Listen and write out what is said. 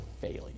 failure